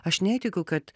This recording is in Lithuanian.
aš netikiu kad